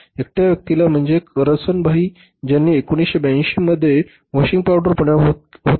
एकट्या व्यक्तीला म्हणजेच करसनभाई ज्यांना 1982 मध्ये वॉशिंग पावडर बनविण्याची कल्पना होती